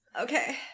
Okay